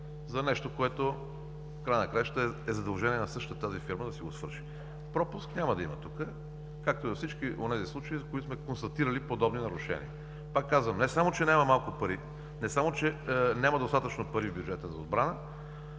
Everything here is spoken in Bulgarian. за нещо, което в края на краищата е задължение на същата тази фирма да си го свърши. Пропуск няма да има тук, както и за всички онези случаи, за които сме констатирали подобни нарушения. Пак казвам, не само, че няма достатъчно пари в бюджета за отбрана,